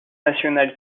nationale